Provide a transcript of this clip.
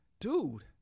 dude